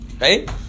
Right